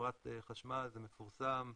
בחברת חשמל זה מפורסם,